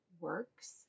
works